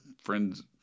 friends